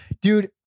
dude